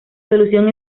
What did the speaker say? solución